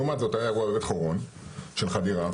לעומת זאת היה אירוע בבית חורון של חדירה